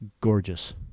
Gorgeous